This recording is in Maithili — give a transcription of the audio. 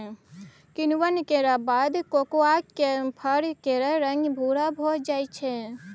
किण्वन केर बाद कोकोआक फर केर रंग भूरा भए जाइ छै